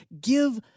Give